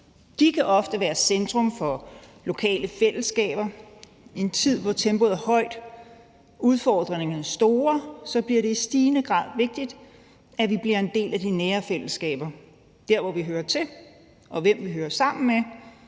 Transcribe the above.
De kan ofte være centrum for lokale fællesskaber. I en tid, hvor tempoet er højt og udfordringerne er store, bliver det i stigende grad vigtigt, at vi bliver en del af de nære fællesskaber der, hvor vi hører til, og med dem, vi hører sammen med.